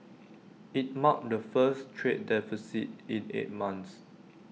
IT marked the first trade deficit in eight months